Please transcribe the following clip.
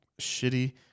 shitty